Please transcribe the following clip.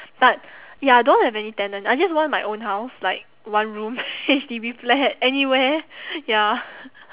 but ya don't have any tenant I just want my own house like one room H_D_B flat anywhere ya